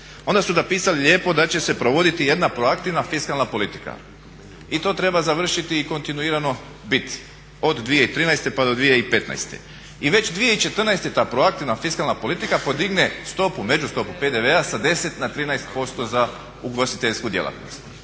Onda su napisali lijepo da će se provoditi jedna proaktivna fiskalna politika i to treba završiti i kontinuirano biti od 2013.pa do 2015. I već 2014.ta proaktivna fiskalna politika stopu, među stopu PDV-a sa 10 na 13% za ugostiteljsku djelatnost.